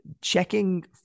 checking